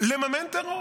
לממן טרור